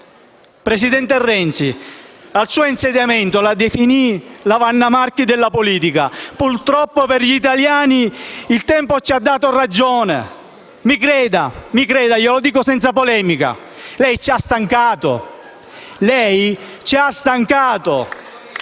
Presidente Renzi, al suo insediamento la definii la Wanna Marchi della politica. Purtroppo per gli italiani, il tempo ci ha dato ragione. Mi creda - e lo dico senza polemica - lei ci ha stancato.